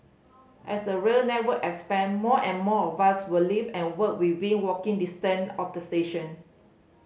as the rail network expand more and more of us will live and work within walking distance of a station